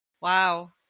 Wow